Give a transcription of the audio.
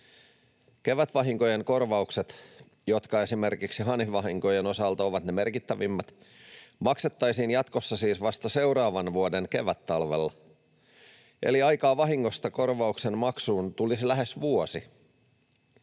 Kevätvahinkojen korvaukset, jotka esimerkiksi hanhivahinkojen osalta ovat ne merkittävimmät, maksettaisiin jatkossa siis vasta seuraavan vuoden kevättalvella, eli aikaa vahingosta korvauksen maksuun tulisi lähes vuosi.